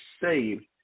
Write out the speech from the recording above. saved